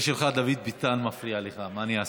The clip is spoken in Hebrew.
חבר שלך דוד ביטן מפריע לך, מה אני אעשה?